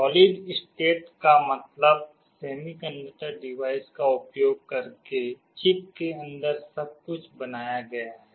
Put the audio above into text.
solid state का मतलब semiconductor device का उपयोग करके चिप के अंदर सब कुछ बनाया गया है